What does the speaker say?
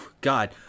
God